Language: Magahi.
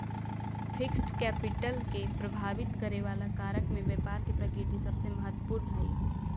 फिक्स्ड कैपिटल के प्रभावित करे वाला कारक में व्यापार के प्रकृति सबसे महत्वपूर्ण हई